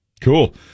Cool